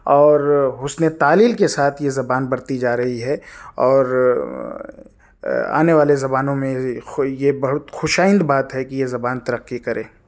اور حسن تعلیل کے ساتھ یہ زبان برتی جا رہی ہے اور آنے والے زمانوں میں یہ بہت خوش آئند بات ہے کہ یہ زبان ترقی کرے